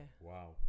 wow